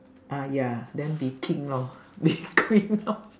ah ya then be king lor be queen lor